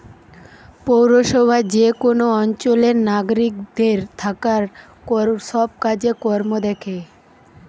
পৌরসভা যে কোন অঞ্চলের নাগরিকদের থাকার সব কাজ কর্ম দ্যাখে